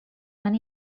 van